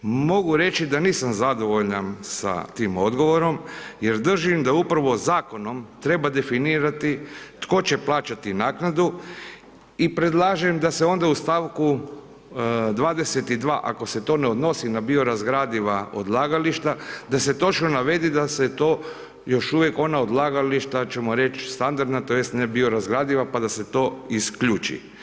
Mogu reći da nisam zadovoljan sa tim odgovorom jer držim da upravo zakonom treba definirati tko će plaćati naknadu i predlažem da se onda u stavku 22. ako se to ne odnosi na biorazgradiva odlagališta da se točno navede da se to još uvijek ona odlagališta ćemo reć standardna tj. ne biorazgradiva pa da se to isključi.